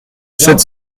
sept